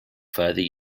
further